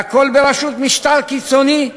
והכול בראשות משטר קיצוני,